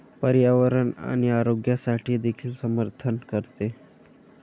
पर्यावरण आणि आरोग्यासाठी देखील समर्थन करते